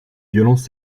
violences